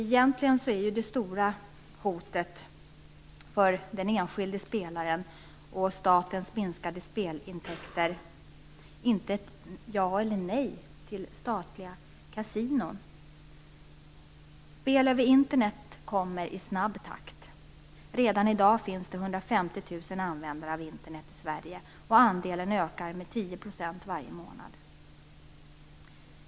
Egentligen är ju det stora hotet mot den enskilde spelaren och statens spelintäkter inte ja eller nej till statliga kasinon. Spel via Internet kommer i snabb takt. Redan i dag finns det 150 000 användare av Internet i Sverige, och andelen ökar med 10 % varje månad.